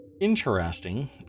interesting